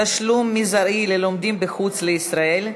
תשלום מזערי ללומדים מחוץ לישראל),